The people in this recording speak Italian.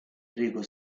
enrico